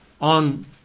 on